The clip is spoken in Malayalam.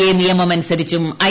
എ നിയമമനുസരിച്ചും ഐ